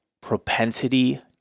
propensity